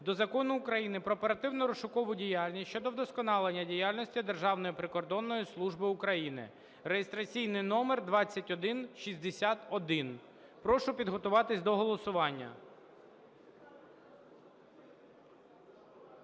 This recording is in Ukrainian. до Закону України "Про оперативно-розшукову діяльність" щодо вдосконалення діяльності Державної прикордонної служби України (реєстраційний номер 2161). Прошу підготуватися до голосування.